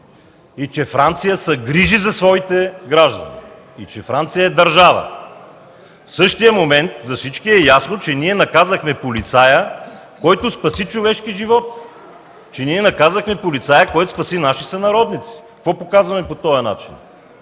че Франция се грижи за своите граждани и че Франция е държава! В същия момент на всички е ясно, че ние наказахме полицая, който спаси човешки живот, че наказахме полицая, който спаси наши сънародници! Какво показваме по този начин?